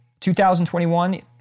2021